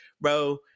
bro